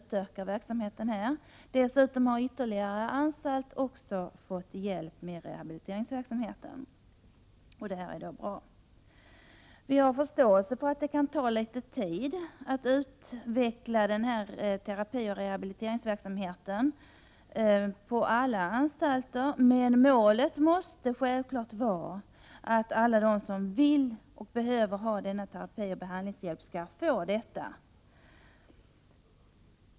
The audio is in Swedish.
Verksamheten utökas. Dessutom har ytterligare anstalter fått hjälp med rehabiliteringsverksamheten. Det är bra. Vi har förståelse för att det kan ta litet tid att utveckla terapioch rehabiliteringsverksamheten på alla anstalter. Men målet måste självklart vara att alla de som vill och behöver ha denna terapioch behandlingshjälp skall få det.